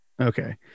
Okay